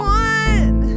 one